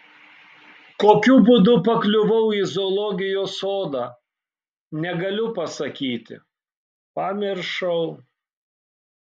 kokiu būdu pakliuvau į zoologijos sodą negaliu pasakyti pamiršau